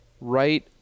right –